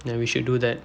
ya we should do that